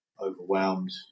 overwhelmed